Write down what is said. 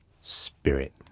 spirit